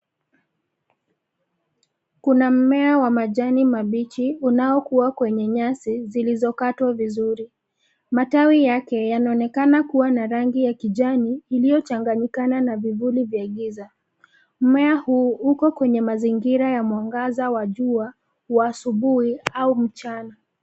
Kuna mmea wa majani mabichi unaokuwa kwenye nyasi zilizokatwa vizuri. Matawi yake yanaonekana kuwa na rangi ya kijani, iliyochanganyikana na vivuli vya giza, mmea huu uko kwenye mazingira ya mwangaza wa jua, wa asubuhi au mchana.